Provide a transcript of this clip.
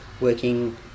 working